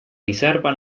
riserva